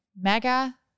mega